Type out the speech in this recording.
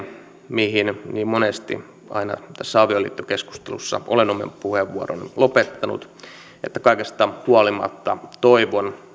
mihin niin monesti aina tässä avioliittokeskustelussa olen oman puheenvuoroni lopettanut että kaikesta huolimatta toivon